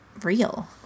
real